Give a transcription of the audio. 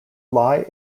lie